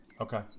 okay